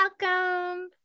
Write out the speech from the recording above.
welcome